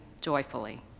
joyfully